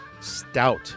Stout